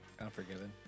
Unforgiven